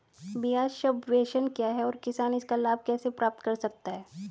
ब्याज सबवेंशन क्या है और किसान इसका लाभ कैसे प्राप्त कर सकता है?